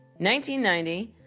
1990